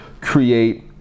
create